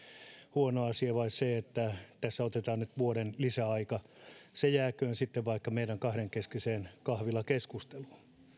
huono asia vai se että tässä otetaan nyt vuoden lisäaika se jääköön sitten vaikka meidän kahdenkeskiseen kahvilakeskusteluun